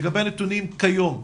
לגבי הנתונים כיום,